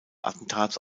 attentats